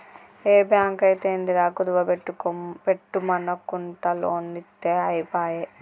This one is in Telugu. ఏ బాంకైతేందిరా, కుదువ బెట్టుమనకుంట లోన్లిత్తె ఐపాయె